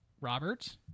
Robert